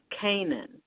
Canaan